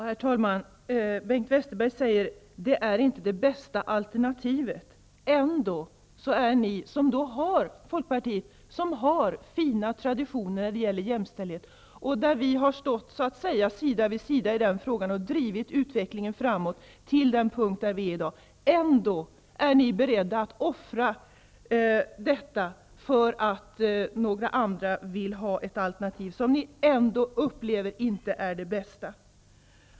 Herr talman! Bengt Westerberg säger att det inte är det bästa alternativet. Ändå är ni i Folkpartiet, som har fina traditioner när det gäller jämställdhet och som har stått sida vid sida med oss och drivit utvecklingen frammåt till den punkt där vi nu är, beredda att offra detta därför att andra vill ha ett alternativ som ni inte upplever som det bästa.